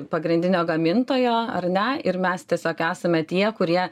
pagrindinio gamintojo ar ne ir mes tiesiog esame tie kurie